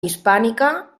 hispànica